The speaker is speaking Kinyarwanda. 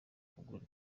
kugura